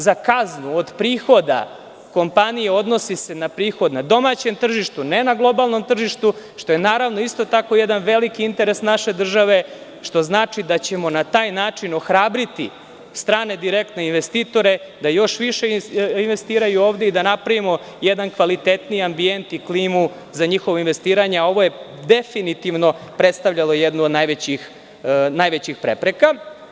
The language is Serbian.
Za kaznu od prihoda kompanija 10% se odnosi na prihod na domaćem tržištu, ne na globalnom tržištu, što je, naravno, isto tako jedan veliki interes naše države, što znači da ćemo na taj način ohrabriti strane direktne investitore da još više investiraju ovde i da napravimo jedan kvalitetniji ambijent i klimu za njihovo investiranje, a ovo je definitivno predstavljalo jednu od najvećih prepreka.